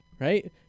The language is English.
Right